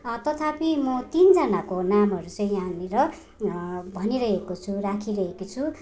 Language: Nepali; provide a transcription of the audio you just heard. तथापि म तिनजनाको नामहरू चाहिँ यहाँनिर भनिरहेको छु राखिरहेको छु